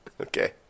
okay